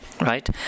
Right